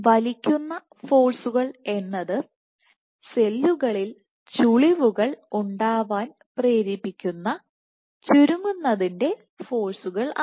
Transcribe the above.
വലിക്കുന്നഫോഴ്സുകൾ എന്നത് സെല്ലുകളിൽ ചുളിവുകൾ ഉണ്ടാവാൻ പ്രേരിപ്പിക്കുന്ന ചുരുങ്ങുന്നതിൻറെ ഫോഴ്സുകൾ ആണ്